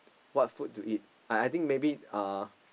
what food to eat I I think maybe uh